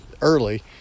early